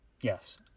Yes